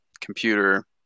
computer